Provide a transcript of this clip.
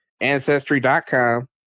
Ancestry.com